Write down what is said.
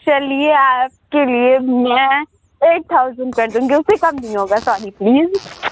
چلیے آپ کے لیے میں ایٹ تھاوزینڈ کر دوں گی اس سے کم نہیں ہوگا سوری پلیز